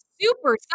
Super